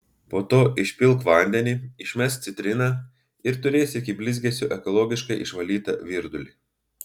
po to išpilk vandenį išmesk citriną ir turėsi iki blizgesio ekologiškai išvalytą virdulį